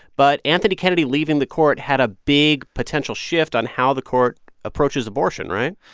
but anthony kennedy leaving the court had a big potential shift on how the court approaches abortion, right?